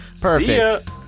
Perfect